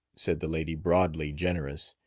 said the lady, broadly generous.